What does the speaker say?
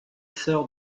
sœurs